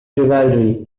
chivalry